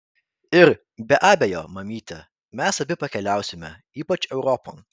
ir be abejo mamyte mes abi pakeliausime ypač europon